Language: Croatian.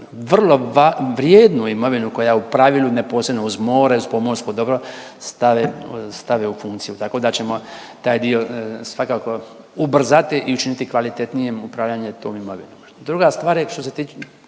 vrlo vrijednu imovinu koja je u pravilu neposredno uz more, uz pomorsko dobro, stave, stave u funkciju, tako da ćemo taj dio svakako ubrzati i učiniti kvalitetnijem upravljanje tom imovinom. Druga stvar je što se tiče